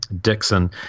Dixon